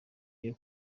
iyo